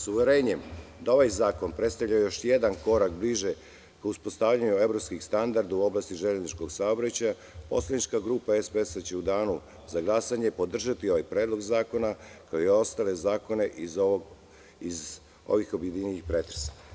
S uverenjem da ovaj zakon predstavlja još jedan korak bliže ka uspostavljanju evropskih standarda u oblasti železničkog saobraćaja, poslanička grupa SPS će u danu za glasanje podržati ovaj predlog zakona, kao i ostale zakone iz ovih objedinjenih pretresa.